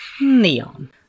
Neon